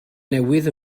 newydd